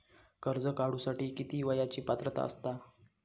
कर्ज काढूसाठी किती वयाची पात्रता असता?